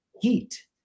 heat